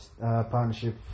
partnership